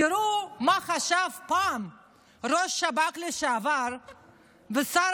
תראו מה חשב פעם ראש השב"כ לשעבר ושר